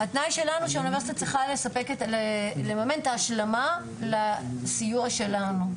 התנאי שלנו שהאוניברסיטה צריכה לממן את ההשלמה לסיוע שלנו,